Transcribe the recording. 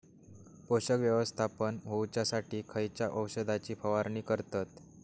पोषक व्यवस्थापन होऊच्यासाठी खयच्या औषधाची फवारणी करतत?